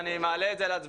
אני מעלה את זה להצבעה,